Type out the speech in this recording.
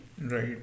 Right